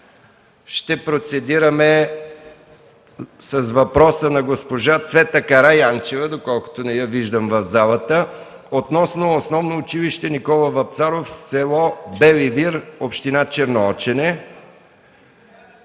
ще процедираме с въпроса на госпожа Цвета Караянчева, доколкото не я виждам в залата, относно Основно училище „Никола Вапцаров” в село Бели вир, Община Черноочене.